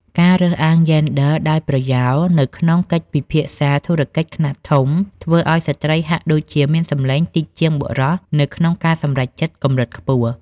ការរើសអើងយេនឌ័រដោយប្រយោលនៅក្នុងកិច្ចពិភាក្សាធុរកិច្ចខ្នាតធំ ធ្វើឱ្យស្ត្រីហាក់ដូចជាមានសំឡេងតិចជាងបុរសនៅក្នុងការសម្រេចចិត្តកម្រិតខ្ពស់។